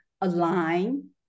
align